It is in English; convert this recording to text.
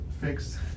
fixed